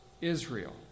Israel